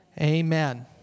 Amen